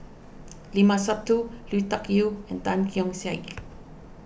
Limat Sabtu Lui Tuck Yew and Tan Keong Saik